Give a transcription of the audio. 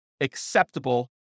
acceptable